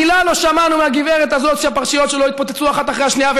מילה לא שמענו מהגברת הזאת כשהפרשיות שלו התפוצצו אחת אחרי השנייה.